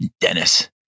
Dennis